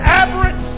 aberrant